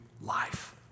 life